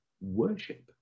worship